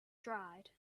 dried